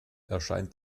erscheint